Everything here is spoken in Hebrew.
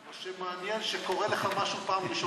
מה שמעניין, שקורה לך משהו פעם ראשונה.